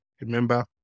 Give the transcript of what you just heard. remember